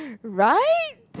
right